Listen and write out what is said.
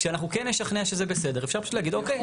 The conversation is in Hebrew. כשאנחנו כן נשכנע שזה בסדר אפשר פשוט אוקיי.